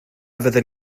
fydden